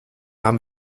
haben